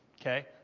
Okay